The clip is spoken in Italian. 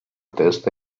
testa